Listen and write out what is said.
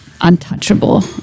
untouchable